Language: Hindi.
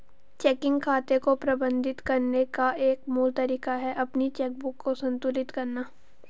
चेकिंग खाते को प्रबंधित करने का एक मूल तरीका है अपनी चेकबुक को संतुलित करना